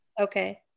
Okay